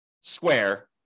square